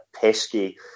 pesky